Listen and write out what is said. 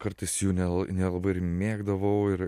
kartais jų ne nelabai ir mėgdavau ir